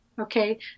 Okay